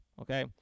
okay